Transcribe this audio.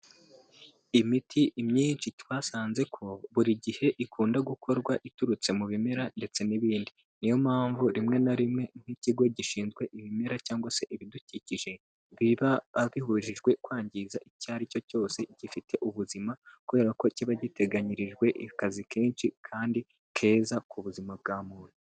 Imiti imyinshi twasanze ko buri gihe ikunda gukorwa iturutse mu bimera ndetse n'ibindi, ni yo mpamvu rimwe na rimwe nk'ikigo gishinzwe ibimera cyangwa se ibidukikije biba bibujijwe kwangiza icyo ari cyo cyose gifite ubuzima, kubera ko kiba giteganyirijwe akazi kenshi kandi keza ku buzima bwa muntu.